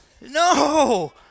No